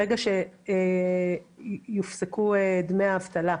ברגע שיופסקו דמי האבטלה,